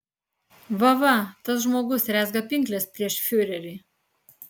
va va tas žmogus rezga pinkles prieš fiurerį